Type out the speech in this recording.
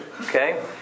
okay